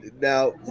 Now